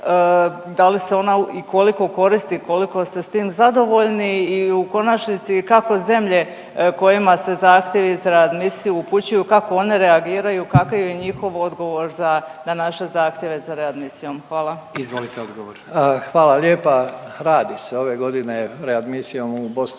da li se ona i koliko koristi, koliko ste s tim zadovoljni i u konačnici kako zemlje kojima se zahtjevi za readmisiju upućuju kako one reagiraju i kakav je njihov odgovor za, na naše zahtjeve za readmisijom? Hvala. **Jandroković, Gordan (HDZ)** Izvolite odgovor.